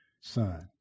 son